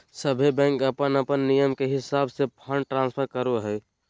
सभे बैंक अपन अपन नियम के हिसाब से फंड ट्रांस्फर करो हय